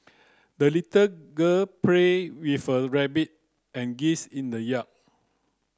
the little girl played with her rabbit and geese in the yard